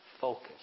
focus